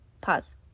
Pause